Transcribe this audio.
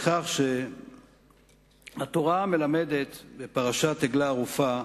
בכך שהתורה מלמדת, בפרשת עגלה ערופה,